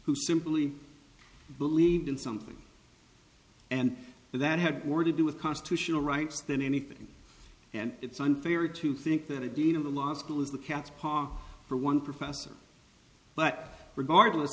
who simply believed in something and that had more to do with constitutional rights than anything and it's unfair to think that a dean of the law school is the cat's paw for one professor but regardless